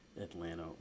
Atlanta